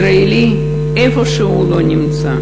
ישראלי, איפה שהוא לא נמצא,